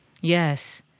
Yes